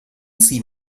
sie